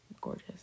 gorgeous